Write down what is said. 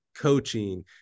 coaching